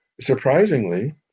surprisingly